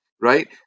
Right